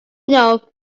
know